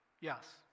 Yes